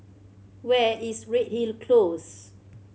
where is Redhill Close